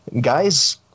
guys